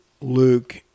luke